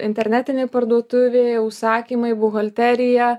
internetinė parduotuvė užsakymai buhalterija